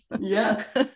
Yes